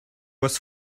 was